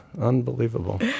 Unbelievable